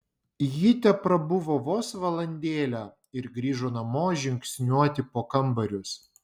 ji teprabuvo vos valandėlę ir grįžo namo žingsniuoti po kambarius